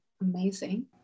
amazing